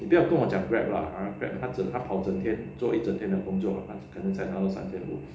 你不要跟我讲 grab 啦 !huh! grab 他跑整天做一整天的工作他只可能才拿到二三千五